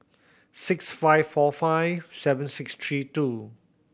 six five four five seven six three two